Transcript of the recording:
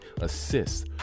assists